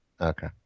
Okay